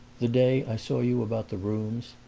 the day i saw you about the rooms,